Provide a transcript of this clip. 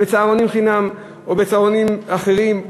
בצהרונים חינם ובצהרונים אחרים,